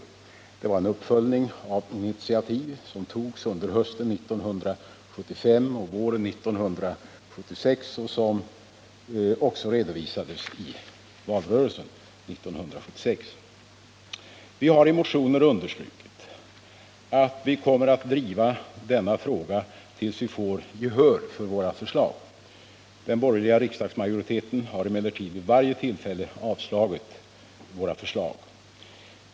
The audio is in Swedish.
Det var en uppföljning av initiativ som togs under hösten 1975 och våren 1976 och som redovisades i valrörelsen 1976. Vi har i motioner understrukit att vi kommer att driva denna fråga tills vi får gehör för våra förslag. Den borgerliga riksdagsmajoriteten har emellertid vid varje tillfälle avslagit våra förslag.